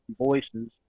voices